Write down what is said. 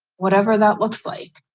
whatever that looks like,